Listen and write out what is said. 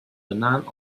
banaan